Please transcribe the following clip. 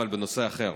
אבל בנושא אחר.